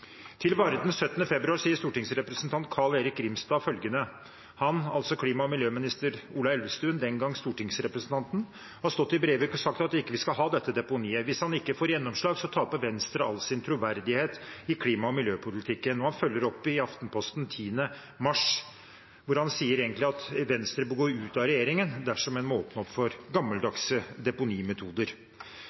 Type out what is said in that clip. Til Varden 17. februar sier stortingsrepresentant Carl-Erik Grimstad følgende: «Han» – altså klima- og miljøminister Ola Elvestuen, den gang stortingsrepresentant – «har stått i Brevik og sagt at vi ikke skal ha dette deponiet. Hvis han ikke får gjennomslag, så taper Venstre all sin troverdighet i klima- og miljøpolitikken.» Og han følger opp i Aftenposten 10. mars, hvor han egentlig sier at Venstre bør gå ut av regjeringen dersom en må åpne opp for gammeldagse deponimetoder.